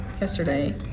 Yesterday